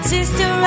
Sister